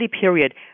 period